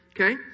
Okay